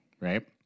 right